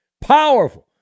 powerful